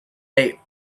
date